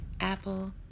apple